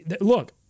look